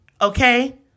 Okay